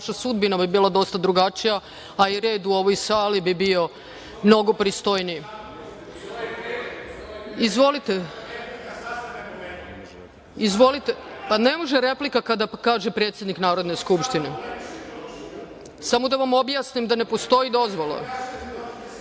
vaša sudbina bi bila dosta drugačija, a i red u ovoj sali bi bio mnogo pristojniji. Ne može replika kada kaže predsednik Narodne skupštine. Samo da vam objasnim da ne postoji dozvola.